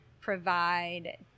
provide